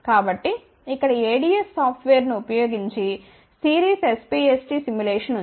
కాబట్టి ఇక్కడ ADS సాఫ్ట్వేర్ను ఉపయోగించి సిరీస్ SPST సిములేషన్ ఉంది